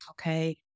Okay